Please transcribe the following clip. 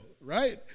Right